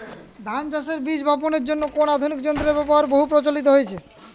ধান চাষের বীজ বাপনের জন্য কোন আধুনিক যন্ত্রের ব্যাবহার বহু প্রচলিত হয়েছে?